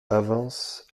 avancent